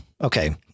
Okay